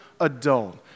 adult